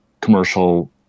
commercial